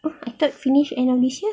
uh I thought finish end of this year